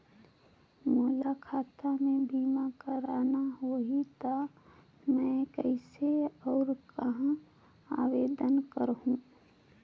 मोला खाता मे बीमा करना होहि ता मैं कइसे और कहां आवेदन करहूं?